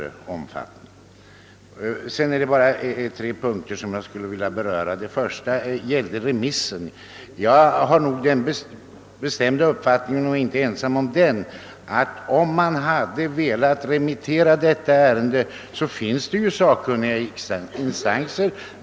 I övrigt är det endast tre punkter som jag skulle vilja beröra. Den första gäller remissen. Jag har den bestämda uppfattningen — och jag är inte ensam om den — att om man hade velat remittera detta ärende, hade man kunnat göra det. Det finns sakkunniga instanser.